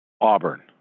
Auburn